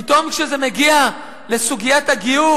פתאום כשזה מגיע לסוגיית הגיור